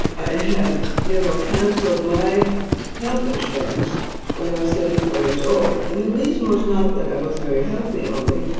i had you know canceled my health insurance when i was thirty four years old. and the reason was not that i was very healthy only,